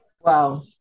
wow